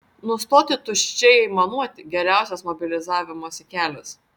nustoti tuščiai aimanuoti geriausias mobilizavimosi kelias